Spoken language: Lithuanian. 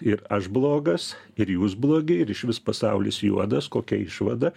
ir aš blogas ir jūs blogi ir išvis pasaulis juodas kokia išvada